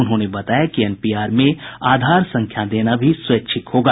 उन्होंने बताया कि एनपीआर में आधार संख्या देना भी स्वैच्छिक होगा